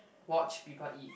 watch people eat